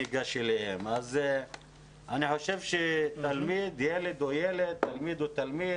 אני חושב שילד זה ילד, תלמיד זה תלמיד